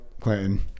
Clinton